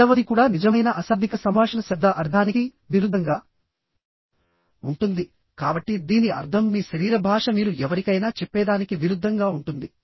రెండవది కూడా నిజమైన అశాబ్దిక సంభాషణ శబ్ద అర్థానికి విరుద్ధంగా ఉంటుంది కాబట్టి దీని అర్థం మీ శరీర భాష మీరు ఎవరికైనా చెప్పేదానికి విరుద్ధంగా ఉంటుంది